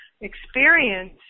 experience